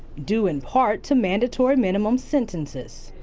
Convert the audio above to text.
due in part to mandatory minimum sentences.